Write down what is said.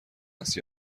است